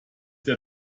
der